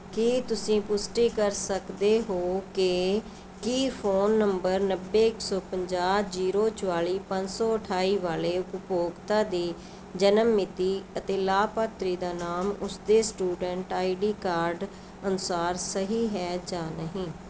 ਕੀ ਤੁਸੀਂ ਪੁਸ਼ਟੀ ਕਰ ਸਕਦੇ ਹੋ ਕਿ ਕੀ ਫ਼ੋਨ ਨੰਬਰ ਨੱਬੇ ਇੱਕ ਸੌ ਪੰਜਾਹ ਜੀਰੋ ਚੁਤਾਲੀ ਪੰਜ ਸੌ ਅਠਾਈ ਵਾਲੇ ਉਪਭੋਗਤਾ ਦੀ ਜਨਮ ਮਿਤੀ ਅਤੇ ਲਾਭਪਾਤਰੀ ਦਾ ਨਾਮ ਉਸਦੇ ਸਟੂਡੈਂਟ ਆਈ ਡੀ ਕਾਰਡ ਅਨੁਸਾਰ ਸਹੀ ਹੈ ਜਾਂ ਨਹੀਂ